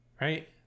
Right